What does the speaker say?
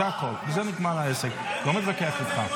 זה הכול, בזה נגמר העסק, לא מתווכח איתך.